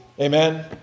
Amen